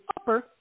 upper